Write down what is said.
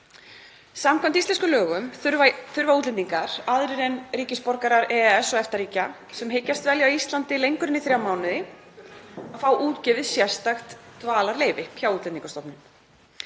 Samkvæmt íslenskum lögum þurfa útlendingar, aðrir en ríkisborgarar EES- og EFTA-ríkja, sem hyggjast dvelja á Íslandi lengur en í þrjá mánuði að fá útgefið sérstakt dvalarleyfi hjá Útlendingastofnun.